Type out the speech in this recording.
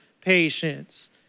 patience